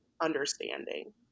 understanding